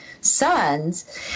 sons